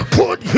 put